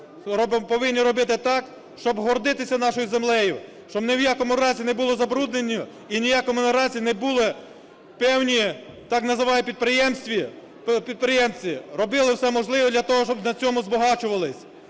повинні робити так, щоб гордитися нашою землею, щоб ні в якому разі не були забруднені і ні в якому разі не були певні так звані підприємці робили все можливе для того, щоб на цьому збагачувались.